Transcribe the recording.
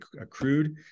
accrued